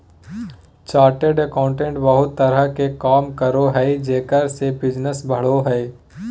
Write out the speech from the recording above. chartered accountant बहुत तरह के काम करो हइ जेकरा से बिजनस बढ़ो हइ